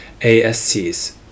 ASCs